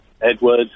Edward